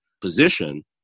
position